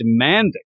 demanding